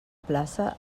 plaça